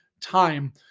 time